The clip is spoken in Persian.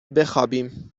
بخابیم